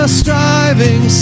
striving